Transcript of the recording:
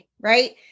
right